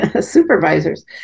supervisors